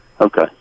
Okay